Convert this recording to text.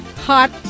hot